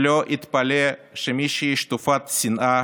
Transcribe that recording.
שלא יתפלא שמישהי שטופת שנאה